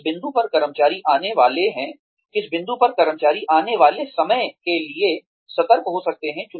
किस बिंदु पर कर्मचारी आने वाले समय के लिए सतर्क हो सकता है